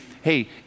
hey